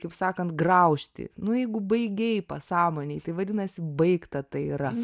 kaip sakant graužti nu jeigu baigei pasąmonėj tai vadinasi baigta tai yra